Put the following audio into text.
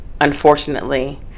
unfortunately